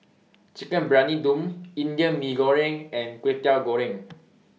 Chicken Briyani Dum Indian Mee Goreng and Kway Teow Goreng